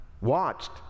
watched